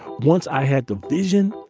once i had the vision,